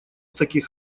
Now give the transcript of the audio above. таких